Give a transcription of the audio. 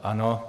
Ano.